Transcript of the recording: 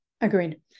agreed